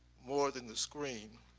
more than the screen